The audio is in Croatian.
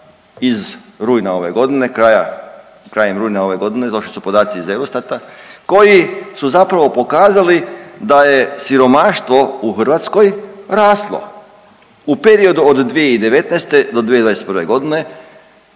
iz rujna ove godine krajem rujna ove godine došli su podaci iz Eurostata koji su zapravo pokazali da je siromaštvo u Hrvatskoj raslo u periodu od 2019.-2021.g.